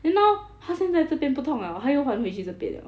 then now 它现在这边不痛 liao 它又还回去这边 liao